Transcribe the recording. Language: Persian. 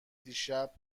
دیشب